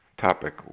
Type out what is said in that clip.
topic